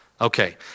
Okay